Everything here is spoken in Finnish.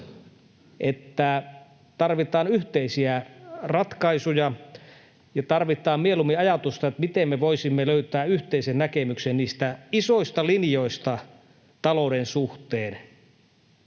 että tarvitaan yhteisiä ratkaisuja ja tarvitaan mieluummin sitä ajatusta, miten me voisimme löytää yhteisen näkemyksen niistä isoista linjoista talouden suhteen